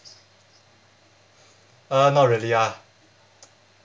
uh not really ah